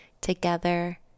together